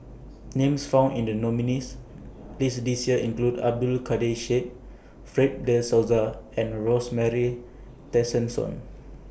Names found in The nominees' list This Year include Abdul Kadir Syed Fred De Souza and Rosemary Tessensohn